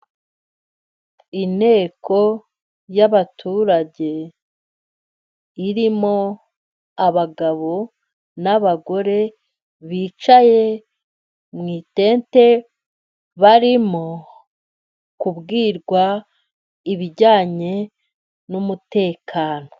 Inteko y' abaturage irimo abagabo nabagore bicaye mu itente barimo kubwirwa ibijyanye n'umutekano.